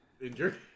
injured